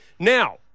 Now